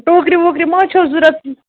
ٹوٗکرِ ووٗکرِ ما حظ چھَو ضرورَت